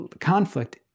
conflict